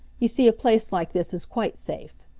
you see a place like this is quite safe.